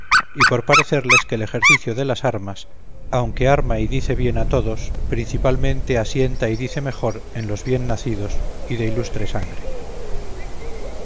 y por parecerles que el ejercicio de las armas aunque arma y dice bien á todos principalmente asienta y dice mejor en los bien nacidos y de ilustre sangre